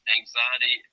anxiety